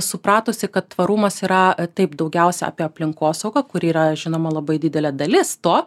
supratusi kad tvarumas yra taip daugiausia apie aplinkosaugą kur yra žinoma labai didelė dalis to